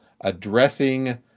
addressing